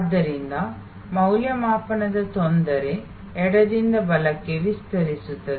ಆದ್ದರಿಂದ ಮೌಲ್ಯಮಾಪನದ ತೊಂದರೆ ಎಡದಿಂದ ಬಲಕ್ಕೆ ವಿಸ್ತರಿಸುತ್ತದೆ